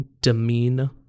demean